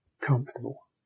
comfortable